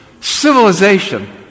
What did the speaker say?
Civilization